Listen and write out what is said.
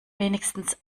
wenigstens